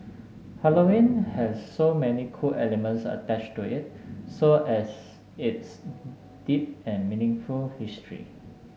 Halloween has so many cool elements attached to it so as its deep and meaningful history